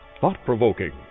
thought-provoking